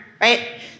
right